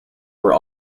were